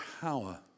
power